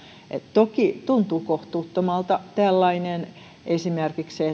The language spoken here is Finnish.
toki tuntuu kohtuuttomalta tällainen esimerkiksi